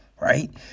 right